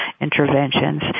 interventions